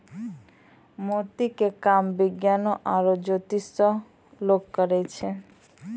मोती के काम विज्ञानोॅ में आरो जोतिसें लोग करै छै